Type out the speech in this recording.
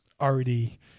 already